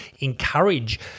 encourage